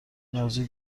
نازی